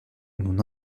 mon